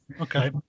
Okay